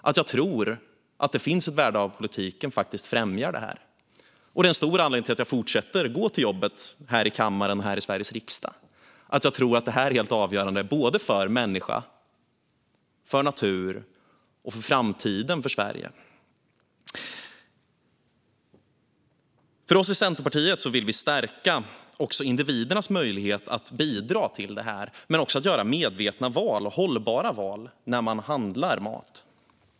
Att jag tror att detta är helt avgörande både för människa, för natur och för framtiden för Sverige är en stor anledning till att jag fortsätter att gå till jobbet här i kammaren i Sveriges riksdag. Vi i Centerpartiet vill stärka individernas möjlighet att bidra till det här men också till att göra medvetna val och hållbara val när man handlar mat.